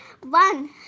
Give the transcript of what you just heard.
One